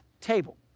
table